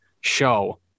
show